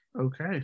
Okay